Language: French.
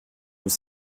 nous